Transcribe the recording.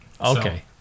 okay